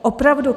Opravdu.